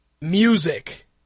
music